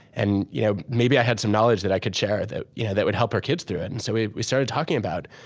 and you know maybe i had some knowledge that i could share that you know that would help her kids through it. and so we we started talking about,